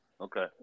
Okay